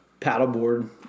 paddleboard